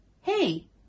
Hey